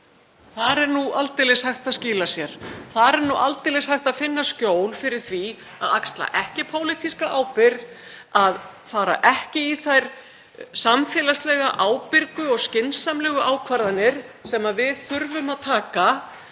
Þar er nú aldeilis hægt að skýla sér, þar er nú aldeilis hægt að finna skjól fyrir því að axla ekki pólitíska ábyrgð, að taka ekki þær samfélagslega ábyrgu og skynsamlegu ákvarðanir sem við þurfum að taka